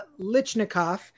lichnikov